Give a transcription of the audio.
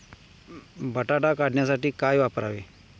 बटाटा काढणीसाठी काय वापरावे?